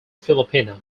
filipino